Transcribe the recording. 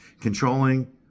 controlling